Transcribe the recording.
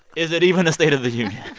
is it even a state of the union?